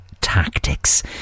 Tactics